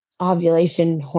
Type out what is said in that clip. ovulation